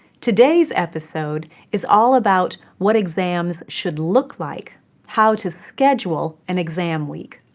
today's episode is all about what exams should look like how to schedule an exam week.